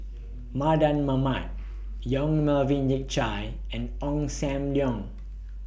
Mardan Mamat Yong Melvin Yik Chye and Ong SAM Leong